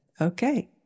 okay